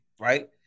right